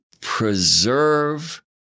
preserve